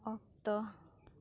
ᱚᱠᱛᱚ